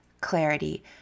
clarity